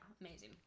amazing